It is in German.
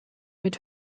mit